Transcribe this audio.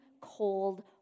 cold